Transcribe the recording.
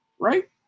Right